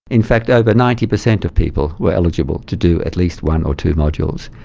in fact over ninety percent of people were eligible to do at least one or two modules,